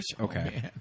Okay